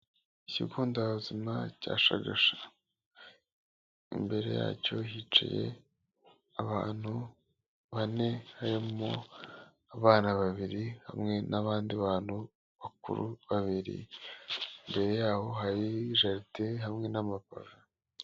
Ikigo nderabuzima cya Shagasha, imbere yacyo hicaye abantu bane harimo abana babiri, hamwe n'abandi bantu bakuru babiri, imbere yaho hari jaride hamwe n'amapave.